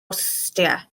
awstria